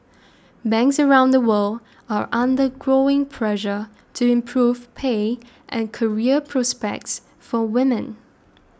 banks around the world are under growing pressure to improve pay and career prospects for women